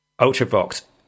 Ultravox